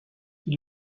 qui